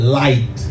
light